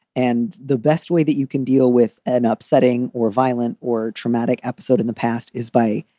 and the best way that you can deal with an upsetting or violent or traumatic episode in the past is by.